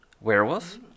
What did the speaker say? Werewolf